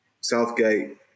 Southgate